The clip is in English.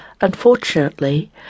Unfortunately